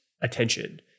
attention